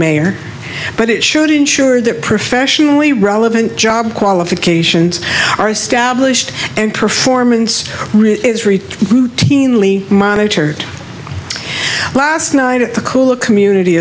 mayor but it should ensure that professionally relevant job qualifications are established and performance routinely monitored last night at the cool community